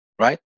right